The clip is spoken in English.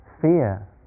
fear